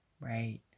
right